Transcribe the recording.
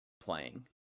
playing